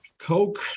Coke